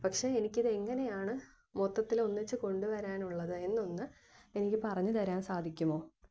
പക്ഷെ എനിക്കത് എങ്ങനെയാണ് മൊത്തത്തിലൊന്നിച്ച് കൊണ്ടുവരാനുള്ളത് എന്നൊന്ന് എനിക്ക് പറഞ്ഞുതരാൻ സാധിക്കുമോ